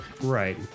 Right